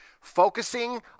Focusing